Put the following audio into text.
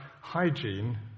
hygiene